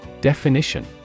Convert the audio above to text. Definition